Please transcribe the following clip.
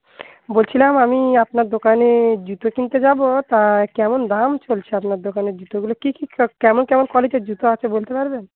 বলছিলাম আমি আপনার দোকানে জুতো কিনতে যাবো তা কেমন দাম চলছে আপনার দোকানের জুতোগুলোর কী কী কেমন কেমন কোয়ালিটির জুতো আছে বলতে পারবেন